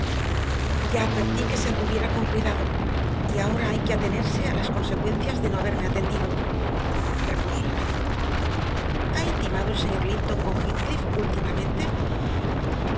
ya advertí que se anduviera con cuidado y ahora hay que atenerse a las consecuencias de no haberme atendido repuso el médico ha intimado el señor linton con heathcliff últimamente